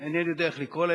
אינני יודע איך לקרוא להם,